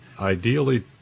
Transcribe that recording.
Ideally